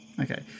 Okay